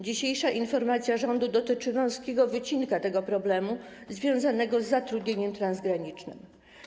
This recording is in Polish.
Dzisiejsza informacja rządu dotyczy wąskiego wycinka tego problemu, związanego z zatrudnieniem transgranicznym.